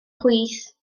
chwith